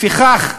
לפיכך,